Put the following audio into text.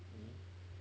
um